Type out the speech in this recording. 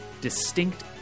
distinct